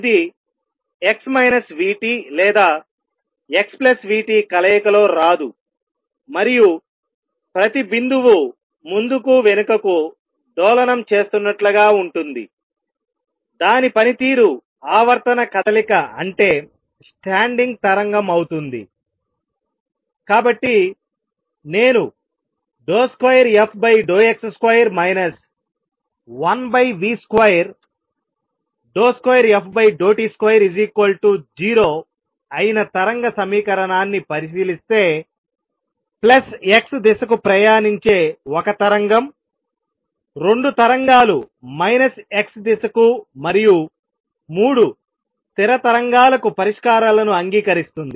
ఇది x vt లేదా xvt కలయికలో రాదు మరియు ప్రతి బిందువు ముందుకు వెనుకకు డోలనం చేస్తున్నట్లుగా ఉంటుందిదాని పనితీరు ఆవర్తన కదలిక అంటే స్టాండింగ్ తరంగం అవుతుంది కాబట్టి నేను 2fx2 1v22ft20 అయిన తరంగ సమీకరణాన్ని పరిశీలిస్తేప్లస్ x దిశకు ప్రయాణించే 1 తరంగం 2 తరంగాలు మైనస్ x దిశకు మరియు 3 స్థిర తరంగాలకు పరిష్కారాలను అంగీకరిస్తుంది